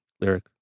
Lyric